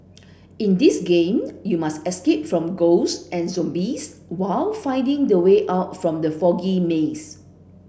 in this game you must escape from ghost and zombies while finding the way out from the foggy maze